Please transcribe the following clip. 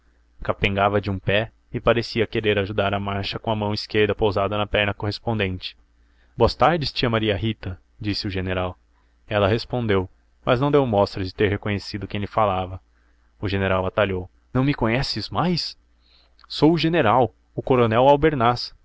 voltas capengava de um pé e parecia querer ajudar a marcha com a mão esquerda pousada na perna correspondente boas tardes tia maria rita disse o general ela respondeu mas não deu mostras de ter reconhecido quem lhe falava o general atalhou não me conhece mais sou o general o coronel